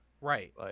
right